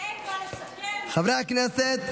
חברי הכנסת,